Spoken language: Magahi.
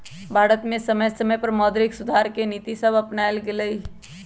भारत में समय समय पर मौद्रिक सुधार के नीतिसभ अपानाएल गेलइ